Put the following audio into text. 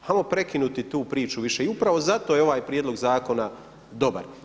Ajmo prekinuti tu priču više i upravo je zato ovaj prijedlog zakona dobar.